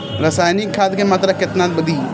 रसायनिक खाद के मात्रा केतना दी?